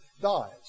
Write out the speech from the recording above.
dies